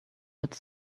its